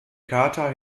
carter